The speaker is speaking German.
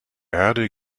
erde